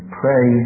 pray